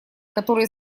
которые